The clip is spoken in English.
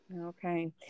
Okay